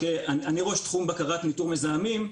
אני ראש תחום בקרת ניטור מזהמים,